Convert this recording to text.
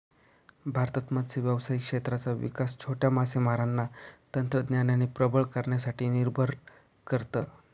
भारतात मत्स्य व्यावसायिक क्षेत्राचा विकास छोट्या मासेमारांना तंत्रज्ञानाने प्रबळ करण्यासाठी निर्भर करत